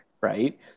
right